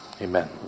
Amen